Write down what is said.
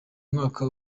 mwaka